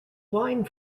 wine